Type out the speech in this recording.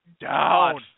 down